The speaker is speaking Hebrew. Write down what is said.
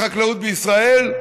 את החקלאות בישראל,